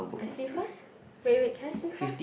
I see first wait wait can I see first